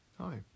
Hi